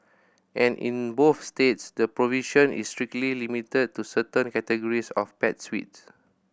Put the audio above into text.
and in both states the provision is strictly limited to certain categories of pets suits